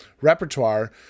repertoire